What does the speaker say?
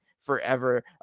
forever